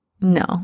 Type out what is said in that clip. no